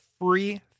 free